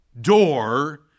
door